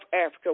Africa